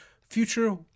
future